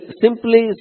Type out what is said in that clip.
simply